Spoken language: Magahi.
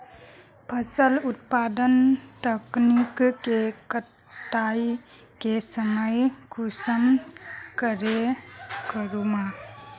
फसल उत्पादन तकनीक के कटाई के समय कुंसम करे करूम?